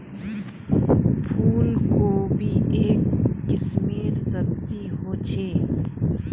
फूल कोबी एक किस्मेर सब्जी ह छे